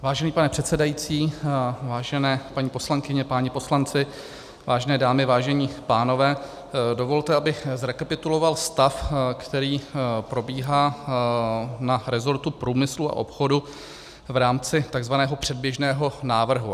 Vážený pane předsedající, vážené paní poslankyně, páni poslanci, vážené dámy, vážení pánové, dovolte, abych zrekapituloval stav, který probíhá na resortu průmyslu a obchodu v rámci tzv. předběžného návrhu.